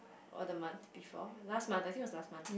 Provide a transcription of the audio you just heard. or the month before last month I think it was last month